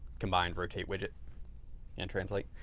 combined rotate widget and translate.